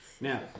Now